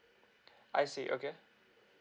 I see okay